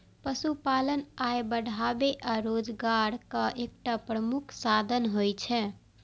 पशुपालन आय बढ़ाबै आ रोजगारक एकटा प्रमुख साधन होइ छै